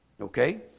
Okay